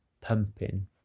pumping